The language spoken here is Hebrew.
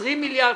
20 מיליארד,